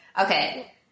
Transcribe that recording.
Okay